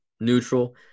neutral